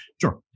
sure